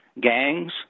gangs